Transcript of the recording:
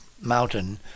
Mountain